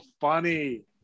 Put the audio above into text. funny